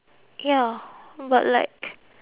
ya but like